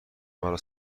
مرا